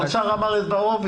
האוצר אמר את דברו.